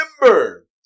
remember